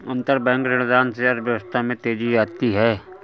अंतरबैंक ऋणदान से अर्थव्यवस्था में तेजी आती है